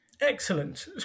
Excellent